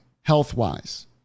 health-wise